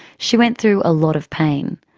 she went through a lot of pain.